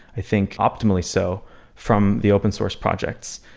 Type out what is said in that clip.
i think optimally so from the open source projects.